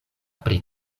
pri